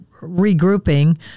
regrouping